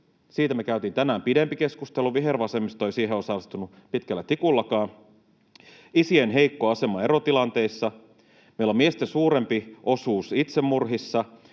siitä me käytiin tänään pidempi keskustelu, johon vihervasemmisto ei osallistunut pitkällä tikullakaan. Isien heikko asema erotilanteissa. Meillä on miesten suurempi osuus itsemurhissa.